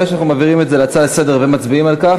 ברגע שאנחנו מעבירים את זה להצעה לסדר-היום ומצביעים על כך,